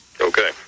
Okay